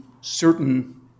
certain